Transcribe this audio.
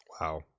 Wow